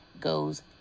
goes